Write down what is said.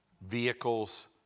vehicles